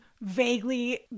vaguely